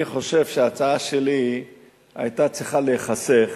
אני חושב שההצעה שלי היתה צריכה להיחסך